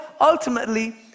ultimately